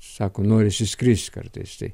sako norisi skrist kartais tai